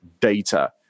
data